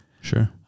Sure